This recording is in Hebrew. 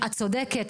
את צודקת,